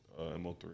MO3